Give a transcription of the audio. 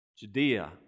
Judea